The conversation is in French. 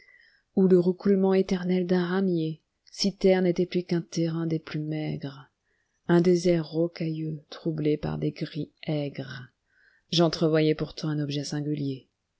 ou le roucoulement éternel d'un ramier cythère n'était plus qu'un terrain des plus maigres un désert rocailleux troublé par des cris aigres j'entrevoyais pourtant un objet singulier